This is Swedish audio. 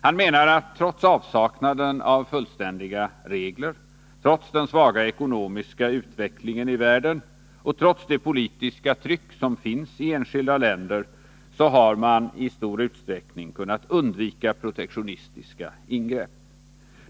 Han menar att trots avsaknaden av fullständiga regler, trots den svaga ekonomiska utvecklingen i världen och trots det politiska tryck som finns i enskilda länder har större protektionistiska ingreppi stort sett kunnat undvikas.